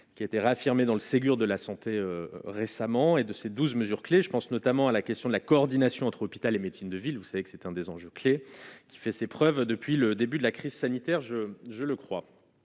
Qui était réaffirmée dans le Ségur de la santé récemment et de ses 12 mesures clés, je pense notamment à la question de la coordination entre hôpital et médecine de ville, vous savez que c'est un des enjeux clé qui fait ses preuves depuis le début de la crise sanitaire je je le crois